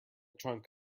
trunk